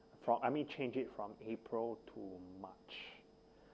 for I mean change it from april to march